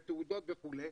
תעודות וכולי.